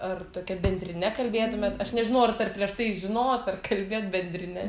ar tokia bendrine kalbėtumėt aš nežinau ar dar prieš tai žinojot ar kalbėt bendrine